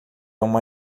uma